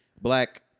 black